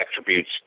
attributes